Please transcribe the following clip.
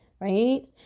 right